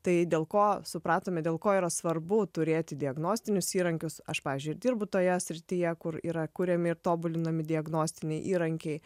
tai dėl ko supratome dėl ko yra svarbu turėti diagnostinius įrankius aš pavyzdžiui dirbu toje srityje kur yra kuriami ir tobulinami diagnostiniai įrankiai